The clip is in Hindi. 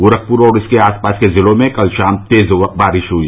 गोरखपुर और इसके आस पास के जिलों में कल शाम तेज बारिश हुई